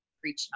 preaching